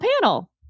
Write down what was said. panel